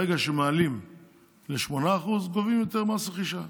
ברגע שמעלים ל-8%, גובים יותר מס רכישה,